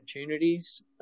opportunities